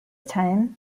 time